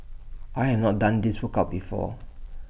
I have not done this workout before